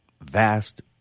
vast